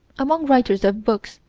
among writers of books,